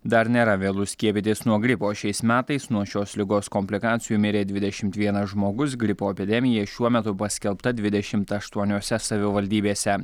dar nėra vėlu skiepytis nuo gripo šiais metais nuo šios ligos komplikacijų mirė dvidešimt vienas žmogus gripo epidemija šiuo metu paskelbta dvidešimt aštuoniose savivaldybėse